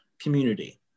community